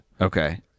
Okay